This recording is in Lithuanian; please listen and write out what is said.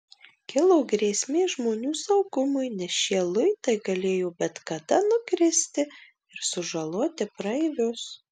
kilo grėsmė žmonių saugumui nes šie luitai galėjo bet kada nukristi ir sužaloti praeivius